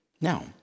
Now